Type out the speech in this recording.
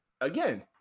again